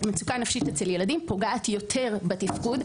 המצוקה הנפשית אצל ילדים פוגעת בתפקוד יותר.